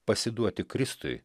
pasiduoti kristui